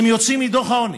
הם יוצאים מדוח העוני.